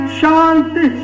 shanti